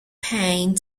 payne